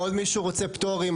עוד מישהו רוצה פטורים?